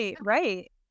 right